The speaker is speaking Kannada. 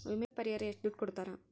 ವಿಮೆ ಪರಿಹಾರ ಎಷ್ಟ ದುಡ್ಡ ಕೊಡ್ತಾರ?